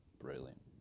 brilliant